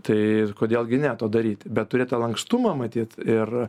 tai kodėl gi ne to daryti bet turėti lankstumą matyt ir